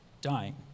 dying